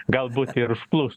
galbūt ir užpuls